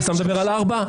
אתה מדבר על ארבעה?